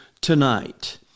tonight